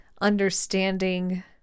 understanding